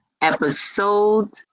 episode